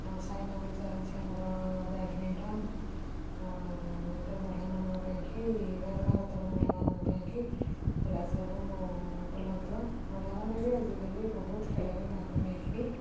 ଆଉ ସାଇନା ମିର୍ଜା ହେଉଛି ଆମର ବ୍ୟାଡମିଣ୍ଟନ୍ ଆଉ ଏଇଟା ମହିଳାମାନଙ୍କ ପାଇଁ କି ଭାରତର ମହିଳାମାନଙ୍କ ପାଇଁ କି ଏରା ସବୁ ଉପଲବ୍ଧ ମହିଳାମାନେ ବି ଆଜିକାଲି ବହୁତ ଖେଳରେ ଭାଗ ନେଇକିରି